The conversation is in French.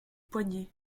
poignets